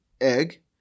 egg